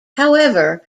however